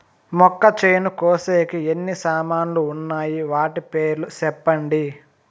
మొక్కచేను కోసేకి ఎన్ని సామాన్లు వున్నాయి? వాటి పేర్లు సెప్పండి?